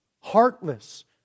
heartless